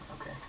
Okay